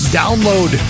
download